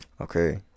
okay